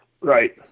Right